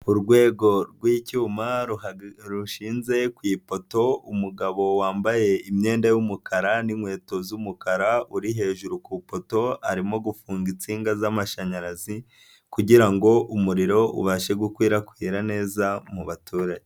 Urwego rw'icyuma rushinze ku ifoto umugabo wambaye imyenda y'umukara n'inkweto z'umukara, uri hejuru ku poto arimo gufunga insinga z'amashanyarazi kugira ngo umuriro ubashe gukwirakwira neza mu baturage.